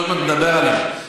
שעוד מעט נדבר עליהם,